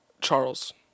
Charles